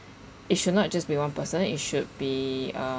it should not just be one person it should be uh